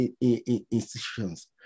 institutions